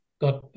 got